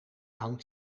hangt